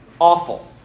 awful